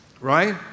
right